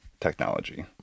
technology